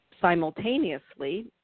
simultaneously